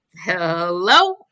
Hello